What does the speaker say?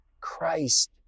Christ